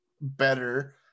better